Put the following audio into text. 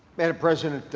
madam president,